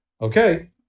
Okay